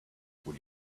would